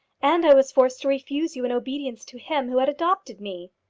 and i was forced to refuse you in obedience to him who had adopted me.